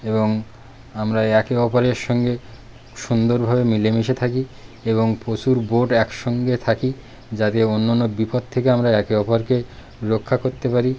এবং আমরা একে অপরের সঙ্গে সুন্দরভাবে মিলেমিশে থাকি এবং প্রচুর বোট একসঙ্গে থাকি যাতে অন্য অন্য বিপদ থেকে আমরা একে অপরকে রক্ষা করতে পারি